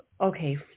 Okay